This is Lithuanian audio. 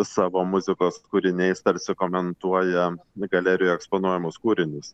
savo muzikos kūriniais tarsi komentuoja galerijoj eksponuojamus kūrinius